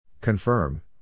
Confirm